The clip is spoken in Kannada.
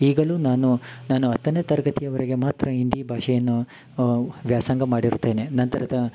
ಈಗಲೂ ನಾನು ನಾನು ಹತ್ತನೆ ತರಗತಿಯವರೆಗೆ ಮಾತ್ರ ಹಿಂದಿ ಭಾಷೆಯನ್ನು ವ್ಯಾಸಂಗ ಮಾಡಿರುತ್ತೇನೆ ನಂತರದ